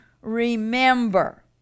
remember